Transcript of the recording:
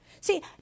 See